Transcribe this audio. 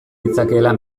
ditzakeela